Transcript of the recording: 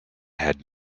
had